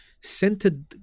centered